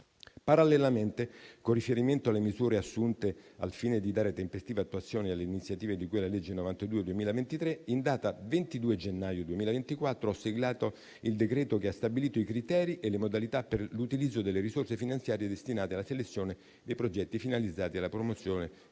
Parallelamente, con riferimento alle misure assunte al fine di dare tempestiva attuazione alle iniziative di cui alla legge n. 92 del 2023, in data 22 gennaio 2024 ho siglato il decreto che ha stabilito i criteri e le modalità per l'utilizzo delle risorse finanziarie destinate alla selezione dei progetti finalizzati alla promozione